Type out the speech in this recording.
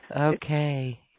okay